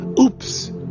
oops